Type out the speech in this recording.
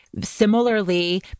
similarly